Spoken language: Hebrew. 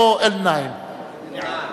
"אַ-נַעם" או "אֶלְ-נַעם"?